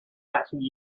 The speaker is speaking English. actually